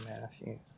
Matthew